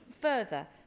further